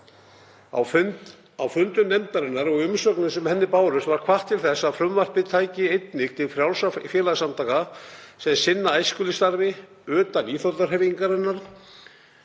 Á fundum nefndarinnar og í umsögnum sem henni bárust var hvatt til þess að frumvarpið tæki einnig til frjálsra félagasamtaka sem sinna æskulýðsstarfi, utan íþróttahreyfingarinnar.